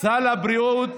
סל הבריאות,